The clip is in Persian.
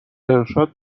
ارشاد